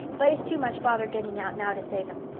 but it's too much bother getting out now to say them.